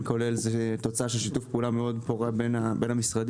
כולל זה תוצאה של שיתוף פעולה מאוד פורה בין המשרדים,